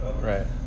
Right